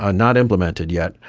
ah not implemented yet,